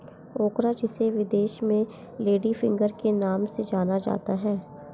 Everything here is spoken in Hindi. ओकरा जिसे विदेश में लेडी फिंगर के नाम से जाना जाता है